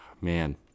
man